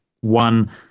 one